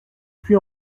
puy